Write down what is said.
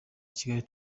kigali